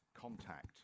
contact